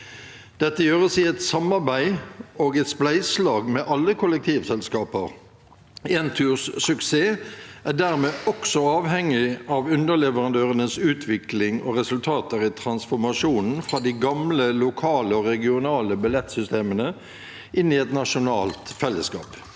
Dette gjøres i et samarbeid og et spleiselag med alle kollektivselskaper. Enturs suksess er dermed også avhengig av underleverandørenes utvikling og resultater i transformasjonen fra de gamle lokale og regionale billettsystemene og inn i et nasjonalt fellesskap.